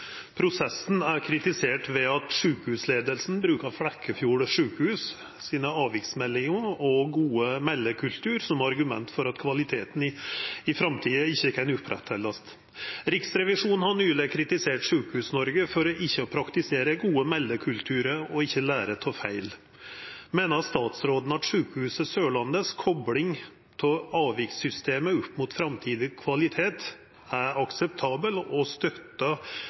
Prosessen er kritisert ved at sykehusledelsen bruker Flekkefjord sykehus' avviksmeldinger og gode meldekultur som argument for at kvaliteten i fremtiden ikke kan opprettholdes. Riksrevisjonen har nylig kritisert sykehus-Norge for ikke å praktisere god meldekultur og ikke lære av feil. Mener statsråden at Sykehuset Sørlandets kobling av avvikssystemet opp mot fremtidig kvalitet, er akseptabel og